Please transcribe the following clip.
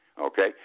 okay